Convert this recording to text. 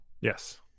Yes